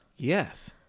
Yes